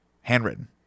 handwritten